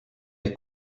est